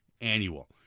annual